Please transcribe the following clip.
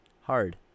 Hard